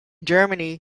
germany